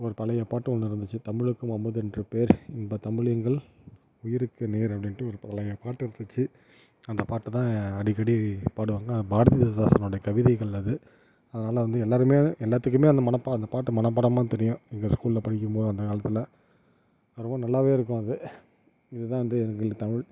ஒரு பழைய பாட்டு ஒன்று இருந்துச்சு தமிழுக்கும் அமுதென்று பேர் இன்ப தமிழ் எங்கள் உயிருக்கு நேர் அப்படின்ட்டு ஒரு பழைய பாட்டு இருந்துச்சு அந்த பாட்டு தான் அடிக்கடி பாடுவாங்க பாரதிதாதாசனோடய கவிதைகள் அது அதனால் வந்து எல்லாருமே எல்லாத்துக்குமே அந்த மனப்பா அந்த பாட்டு மனப்பாடமாக தெரியும் எங்கள் ஸ்கூலில் படிக்கும்போது அந்த காலத்தில் அது ரொம்ப நல்லாவே இருக்கும் அது இதுதான் வந்து எங்கள் தமிழ்